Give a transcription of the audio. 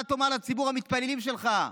מה תאמר לציבור המתפללים שלך,